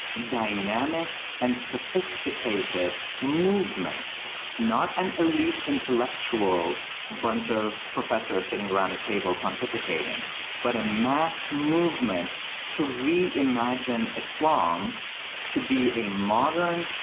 dynamic, and sophisticated movement not an elite intellectual bunch of professors sitting around a table pontificating but a mass movement to reimagine islam to be a modern,